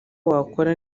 wakora